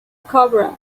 cobra